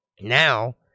Now